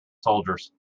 soldiers